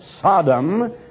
Sodom